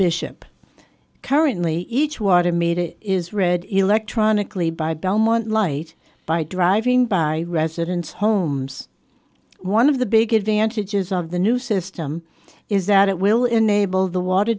bishop currently each water meter is read electronically by belmont light by driving by residents homes one of the big advantages of the new system is that it will enable the water